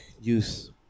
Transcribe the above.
use